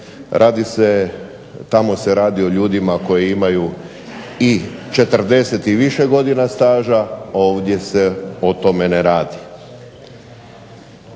Radi se, tamo se radi o ljudima koji imaju i 40 i više godina staža, ovdje se o tome ne radi.